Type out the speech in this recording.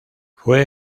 fue